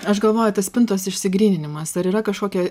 aš galvoju tas spintos išsigryninimas ar yra kažkokie